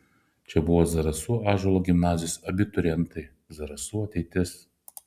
čia buvo zarasų ąžuolo gimnazijos abiturientai zarasų ateitis